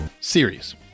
series